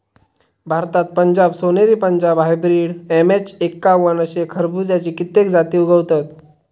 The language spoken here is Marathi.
भारतात पंजाब सोनेरी, पंजाब हायब्रिड, एम.एच एक्कावन्न अशे खरबुज्याची कित्येक जाती उगवतत